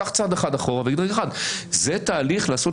ייקח צעד אחר אחורה וישאל האם זה תהליך לעשות